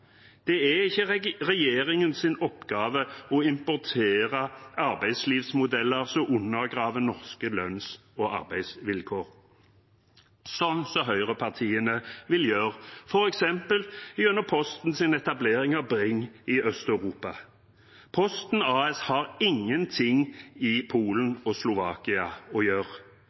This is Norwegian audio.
Det er ikke regjeringens oppgave å importere arbeidslivsmodeller som undergraver norske lønn- og arbeidsvilkår, slik høyrepartiene vil gjøre, f.eks. gjennom Postens etablering av Bring i Øst-Europa. Posten AS har ingenting i Polen og Slovakia å gjøre.